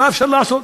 מה אפשר לעשות?